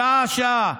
שעה-שעה?